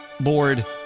board